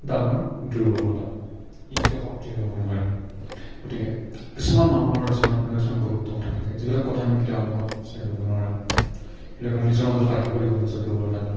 ডাঙৰ দুৰ্বলতা ই কেতিয়া শক্তি হ'ব নোৱাৰে গতিকে কিছুমান মানুহৰ জীৱনত কিছুমান গুপ্ত কথা থাকে যিবিলাক কথা আমি কেতিয়াও আমি আনৰ লগত শ্বেয়াৰ কৰিব নোৱাৰোঁ সেইবিলাক কথা নিজৰ মাজত ৰাখিবই লাগিব নিজৰ দুৰ্বলতাবিলাক